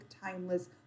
timeless